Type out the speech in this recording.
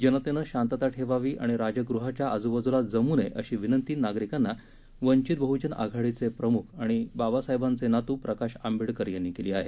जनतेनं शांतता ठेवावी आणि राजगृहाच्या आजुबाजूला जमू नये अशी विनंती नागरिकांना वंचित बहुजन आघाडीचे प्रमुख आणि बाबासाहेबांचे नातू प्रकाश आंबेडकर यांनी केली आहे